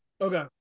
Okay